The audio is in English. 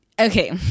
Okay